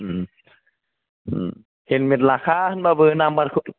helmet लाखा होनबाबो नाम्बारखौ